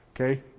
Okay